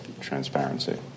Transparency